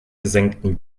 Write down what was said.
gesenktem